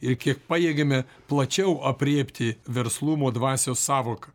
ir kiek pajėgiame plačiau aprėpti verslumo dvasios sąvoka